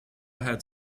had